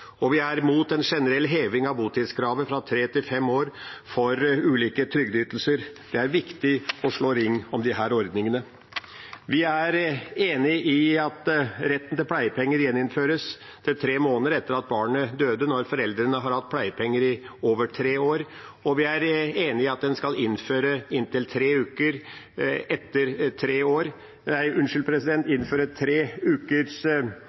sosialstøtte. Vi er imot en generell heving av botidskravet fra tre til fem år for ulike trygdeytelser. Det er viktig å slå ring om disse ordningene. Vi er enig i at retten til pleiepenger i tre måneder etter at barnet døde, skal gjeninnføres for foreldre som har hatt pleiepenger i over tre år. Vi er også enig i at en skal innføre rett til pleiepenger i seks uker for foreldre som har mottatt pleiepenger i mindre enn tre år.